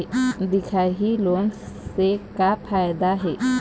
दिखाही लोन से का फायदा हे?